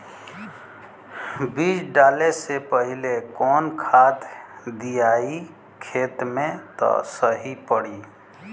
बीज डाले से पहिले कवन खाद्य दियायी खेत में त सही पड़ी?